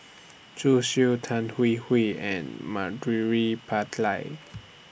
Zhu Xu Tan Hwee Hwee and